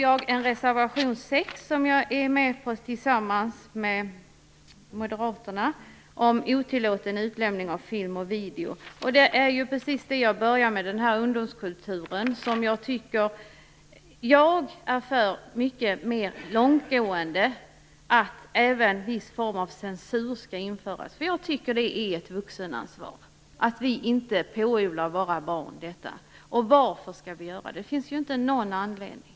Jag är också med på moderaternas reservation 6 om otillåten utlämning av film och video. Den gäller alltså det som jag började med, ungdomskulturen. Jag är för något mycket mer långtgående, nämligen att en viss form av censur skall införas. Jag tycker att det är ett vuxenansvar att vi inte pådyvlar våra barn detta. Varför skall vi göra det? Det finns inte någon anledning.